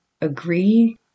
agree